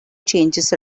changes